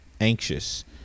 anxious